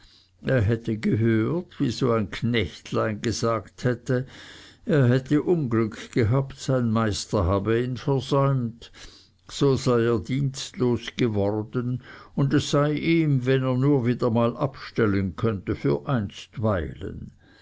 er hätte gehört wie so ein knechtlein gesagt hätte er hätte unglück gehabt sein meister habe ihn versäumt so sei er dienstlos geworden und es sei ihm wenn er nur wieder mal abstellen könnte für einstweilen